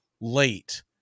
late